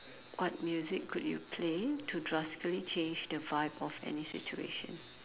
what music could you play to drastically change the vibe of any situation